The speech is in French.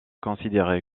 considérée